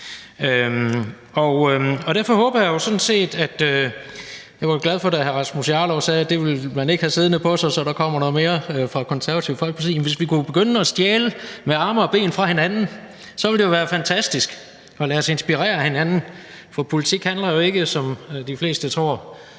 også var hænder nok til det. Jeg var glad for, at hr. Rasmus Jarlov sagde, at det ville man ikke have siddende på sig, så der kommer mere fra Det Konservative Folkeparti. Jamen hvis vi kunne begynde at stjæle med arme og ben fra hinanden, ville det jo være fantastisk – altså at lade sig inspirere af hinanden. For politik handler jo ikke, som de fleste tror,